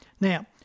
Now